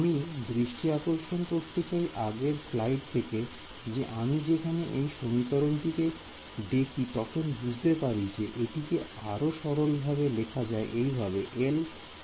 আমি দৃষ্টি আকর্ষণ করতে চাই আগের স্লাইড থেকে যে আমি যখন এই সমীকরণটি কে দেখি তখন বুঝতে পারি যে এটিকে আরো সরলভাবে লেখা যায় এইভাবে Lϕ